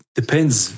depends